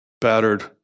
battered